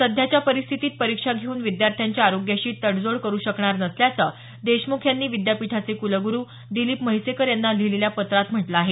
सध्याच्या परिस्थितीत परीक्षा घेऊन विद्यार्थ्यांच्या आरोग्याशी तडजोड करु शकणार नसल्याचं देशमुख यांनी विद्यापीठाचे कुलगुरु दिलीप म्हैसेकर यांना लिहिलेल्या पत्रात म्हटलं आहे